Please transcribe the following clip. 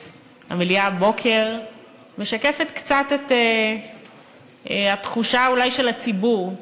אולי משקפת קצת את התחושה של הציבור,